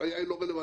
ההשעיה לא רלוונטית.